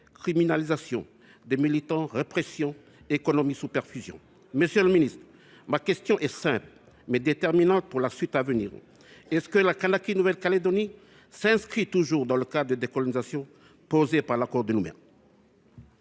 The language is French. criminalisation des militants, répression, économie sous perfusion. Ma question est simple, mais déterminante pour la suite : l’avenir de la Kanaky Nouvelle Calédonie s’inscrit il toujours dans le cadre de décolonisation posé par l’accord de Nouméa ?